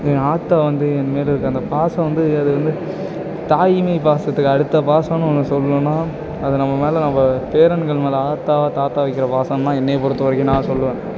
எங்கள் ஆத்தா வந்து என்மேலே இருக்க அந்த பாசம் வந்து அது வந்து தாய்மை பாசத்துக்கு அடுத்த பாசம்னு ஒன்று சொல்லணுன்னா அது நம்ம மேலே நம்ம பேரன்கள் மேலே ஆத்தா தாத்தா வைக்கிற பாசம் தான் என்னையை பொறுத்த வரைக்கும் நான் சொல்லுவேன்